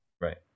Right